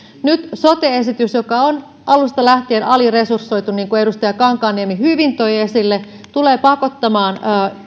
nyt sote esitys joka on alusta lähtien aliresursoitu niin kuin edustaja kankaanniemi hyvin toi esille tulee pakottamaan